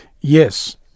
Yes